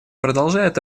продолжает